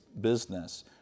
business